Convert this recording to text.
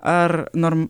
ar nor